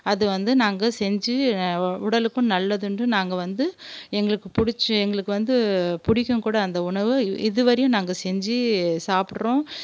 அது வந்து நாங்கள் செஞ்சு உடலுக்கு நல்லதென்று நாங்கள் வந்து எங்களுக்கு பிடிச்சி எங்களுக்கு வந்து பிடிக்கும் கூட அந்த உணவு இது வரையும் நாங்கள் செஞ்சு சாப்பிடுறோம்